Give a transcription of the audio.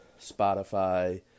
Spotify